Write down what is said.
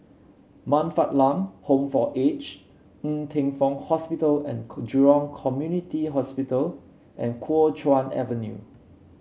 Man Fatt Lam Home for Aged Ng Teng Fong Hospital and Jurong Community Hospital and Kuo Chuan Avenue